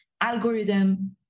algorithm